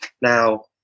Now